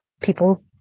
people